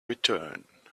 return